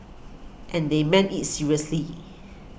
and they meant it seriously